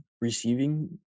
receiving